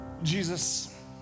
Jesus